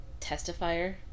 testifier